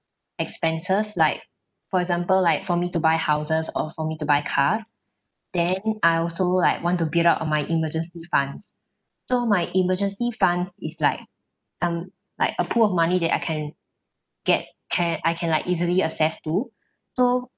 expenses like for example like for me to buy houses or for me to buy cars then I also like want to build up on my emergency funds so my emergency funds is like um like a pool of money that I can get ca~ I can like easily access to so